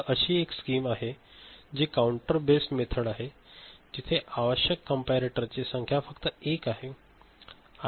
तर अशी एक स्कीम आहे जी काउंटर बेस्ड मेथड आहे जिथे आवश्यक कंपॅरेटरची संख्या फक्त एक आहे